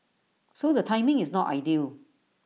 so the timing is not ideal